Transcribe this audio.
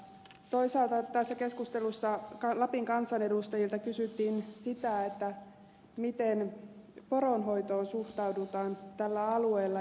toisaalta tässä keskustelussa lapin kansanedustajilta kysyttiin sitä miten poronhoitoon suhtaudutaan tällä alueella